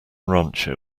rancho